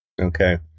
Okay